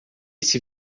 esse